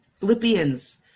Philippians